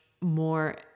more